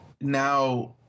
now